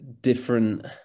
different